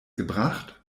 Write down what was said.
gebracht